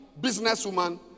businesswoman